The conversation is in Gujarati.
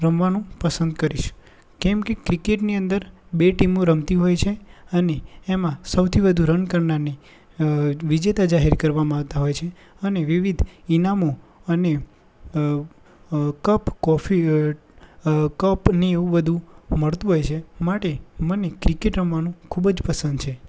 રમવાનું પસંદ કરીશ કેમકે ક્રિકેટની અંદર બે ટીમો રમતી હોય છે અને એમાં સૌથી વધુ રન કરનારને વિજેતા જાહેર કરવામાં આવતા હોય છે અને વિવિધ ઈનામો અને કપ કોફી કપ ને એવું બધું મળતું હોય છે માટે મને ક્રિકેટ રમવાનું ખૂબ જ પસંદ છે